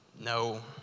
No